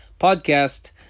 podcast